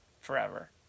forever